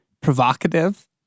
provocative